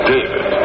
David